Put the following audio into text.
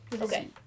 okay